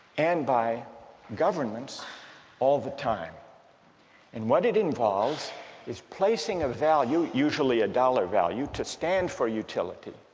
and by governments all the time and what it involves is placing a value usually a dollar value to stand for utility